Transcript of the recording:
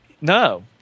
no